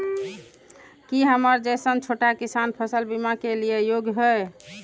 की हमर जैसन छोटा किसान फसल बीमा के लिये योग्य हय?